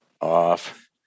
off